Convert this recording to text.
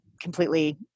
completely